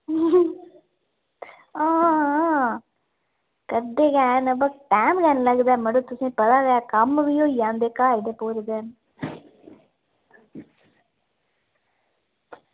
हां हां कड्ढगे पर टैम निं लगदा मड़ो तुसेंगी पता गै कम्म बी होई जंदे घर दे पूरे दिन